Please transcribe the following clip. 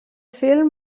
film